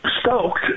stoked